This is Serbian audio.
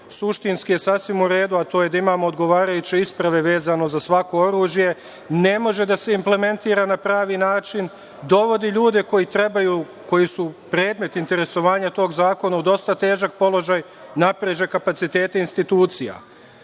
suštinski sasvim u redu, a to je da imamo odgovarajuće isprave vezano za svako oružje, ne može da se implementira na pravi način, dovodi ljude koji trebaju, koji su predmet interesovanja tog zakona u dosta težak položaj, napreže kapacitete institucija. Produženje